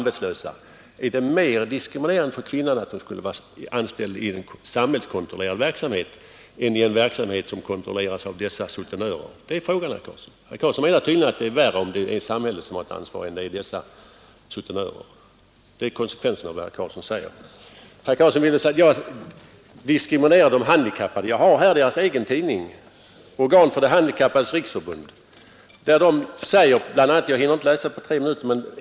Herr Karlsson menar tydligen att det är värre om samhället har ansvar för verksamheten än om dessa sutenörer har det — det är konsekvenserna av vad herr Karlsson säger. Herr Karlsson gjorde gällande att jag diskriminerar de handikappade. Jag har här De handikappades riksförbunds egen tidning, Svensk Handikapptidskrift, ur vilken jag skall göra ett enda citat jag hinner inte mer på tre minuter.